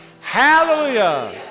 Hallelujah